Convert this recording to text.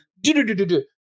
do-do-do-do-do